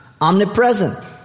omnipresent